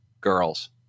girls